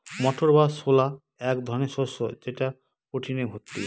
মটর বা ছোলা এক ধরনের শস্য যেটা প্রোটিনে ভর্তি